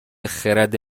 خرد